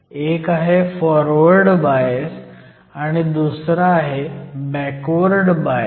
एक आहे forward bias आणि दुसरा आहे बॅकवर्ड बायस